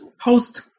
host